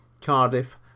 Cardiff